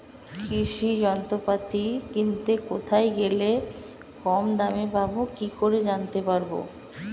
কৃষি যন্ত্রপাতি কিনতে কোথায় গেলে কম দামে পাব কি করে জানতে পারব?